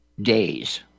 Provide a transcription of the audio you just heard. days